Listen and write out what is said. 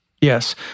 Yes